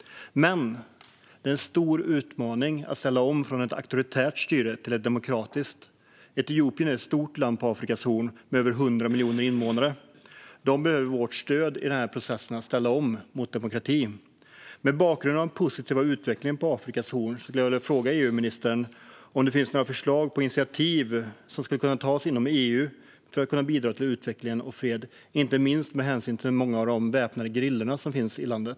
Men det är en stor utmaning att ställa om från ett auktoritärt styre till ett demokratiskt. Etiopien är ett stort land på Afrikas horn med över 100 miljoner invånare. De behöver vårt stöd i processen att ställa om mot demokrati. Mot bakgrund av den positiva utvecklingen på Afrikas horn skulle jag vilja fråga EU-ministern om det finns några förslag på initiativ som skulle kunna tas inom EU för att bidra till utveckling och fred, inte minst med hänsyn till många av de väpnade gerillor som finns i landet.